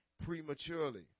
prematurely